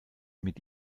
mit